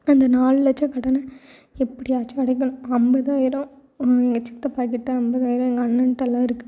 அந்த நாலு லட்சம் கடனை எப்டியாச்சும் அடைக்கணும் ஐம்பதாயிரோம் எங்கள் சித்தப்பா கிட்டே ஐம்பதாயிரோம் எங்கள் அண்ணன்ட்டலாம் இருக்குது